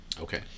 okay